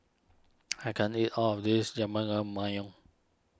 I can't eat all of this